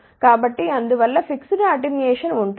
కాబట్టి అందువల్ల fixed attenuation ఉంటుంది